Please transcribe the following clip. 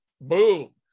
Boom